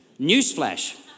Newsflash